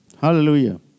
Hallelujah